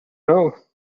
know